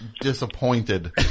disappointed